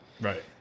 Right